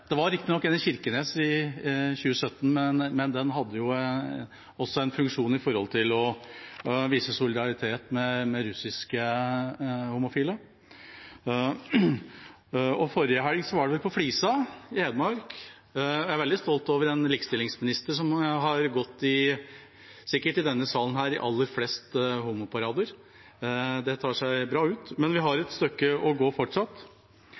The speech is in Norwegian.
Det var riktignok en i Kirkenes i 2017, men den hadde også en funksjon når det gjelder å vise solidaritet med russiske homofile. Forrige helg var det en på Flisa i Hedmark. Jeg er veldig stolt over en likestillingsminister som sikkert er den i salen som har gått i aller flest homoparader. Det tar seg bra ut. Men vi har et stykke å gå fortsatt.